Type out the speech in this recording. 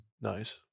Nice